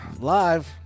Live